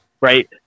Right